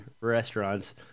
restaurants